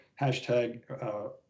hashtag